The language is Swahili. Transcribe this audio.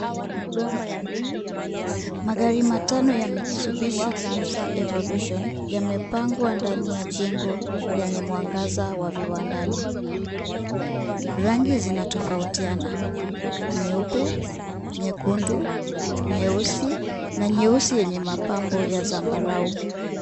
Magari matano ya Mitsubishi lancer Evolution yamepangwa ndani ya jengo lenye mwangaza wa viwandani. Rangi zinatofautiana, nyeupe, nyekundu, nyeusi na nyeusi yenye mapambo ya zambarau.